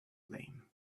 lame